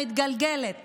המתגלגלת